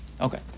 Okay